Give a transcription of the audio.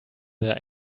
their